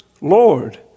Lord